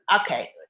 Okay